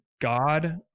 God